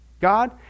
God